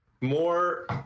more